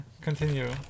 Continue